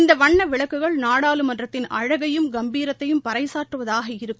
இந்த வண்ண விளக்குகள் நாடாளுமன்றத்தின் அழகையும் கம்பீரத்தையும் பறைசாற்றுவதாக இருக்கும்